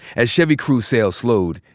as chevy cruze sales slowed,